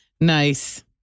Nice